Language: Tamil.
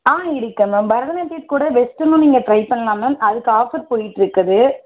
ஆ இருக்கு மேம் பரதநாட்டியம் கூட வெஸ்ட்டர்னும் நீங்கள் ட்ரை பண்ணலாம் மேம் அதுக்கு ஆஃபர் போயிட்டுருக்குது